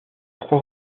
trois